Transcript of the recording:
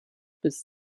bis